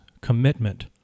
commitment